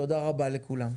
תודה רבה לכולם.